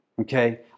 okay